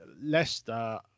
Leicester